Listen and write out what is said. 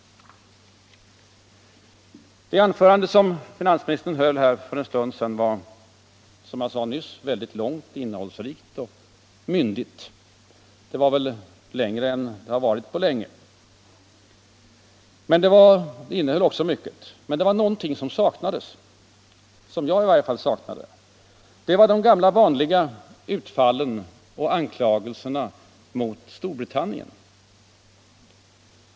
Det anförande som finansministern höll här för en stund sedan var, som jag nyss sade, långt, innehållsrikt och myndigt. Det var längre än hans anföranden varit på länge, men det innehöll också mycket. Det var dock någonting som i varje fall jag saknade där, nämligen de gamla vanliga utfallen och anklagelserna mot Storbritannien.